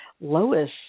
Lois